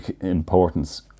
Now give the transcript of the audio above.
importance